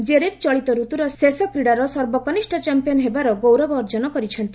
ଜେରେବ୍ ଚଳିତ ଋତୁର ଶେଷ କ୍ରୀଡ଼ାର ସର୍ବକନିଷ୍ଠ ଚାମ୍ପିୟନ୍ ହେବାର ଗୌରବ ଅର୍ଜନ କରିଛନ୍ତି